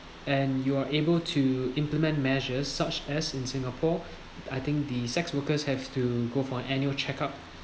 and you are able to implement measures such as in singapore I think the sex workers have to go for annual checkup